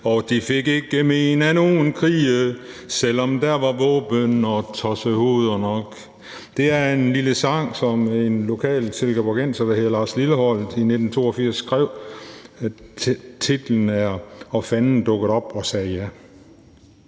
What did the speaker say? de fik ikke men af nogen krige/selvom der var våben og tossehoveder nok«. Det er en lille sang, som en lokal silkeborgenser, der hedder Lars Lilholt, i 1982 skrev, og som er fra albummet »og fanden dukked op og sagde ja!«.